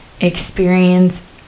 experience